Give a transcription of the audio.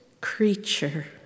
creature